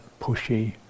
pushy